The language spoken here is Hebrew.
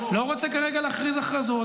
לא רוצה כרגע להכריז הכרזות.